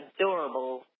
adorable